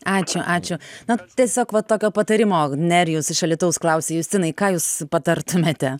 ačiū ačiū na tiesiog va tokio patarimo nerijus iš alytaus klausė justinai ką jūs patartumėte